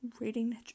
reading